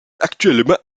actuellement